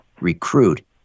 recruit